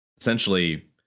essentially